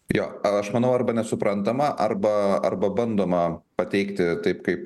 jo aš manau arba nesuprantama arba arba bandoma pateikti taip kaip